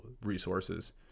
resources